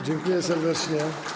Dziękuję serdecznie.